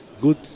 good